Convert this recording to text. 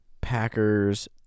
packers